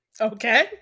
okay